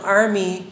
army